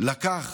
הוא לקח